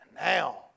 Now